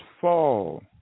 fall